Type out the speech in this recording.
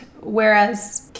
whereas